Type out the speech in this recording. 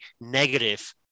negative